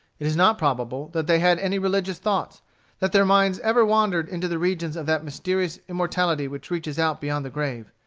it is not probable that they had any religious thoughts that their minds ever wandered into the regions of that mysterious immortality which reaches out beyond the grave.